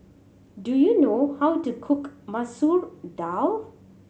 do you know how to cook Masoor Dal